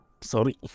sorry